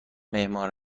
معمار